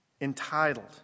entitled